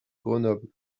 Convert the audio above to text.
grenoble